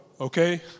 okay